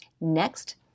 Next